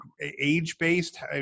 age-based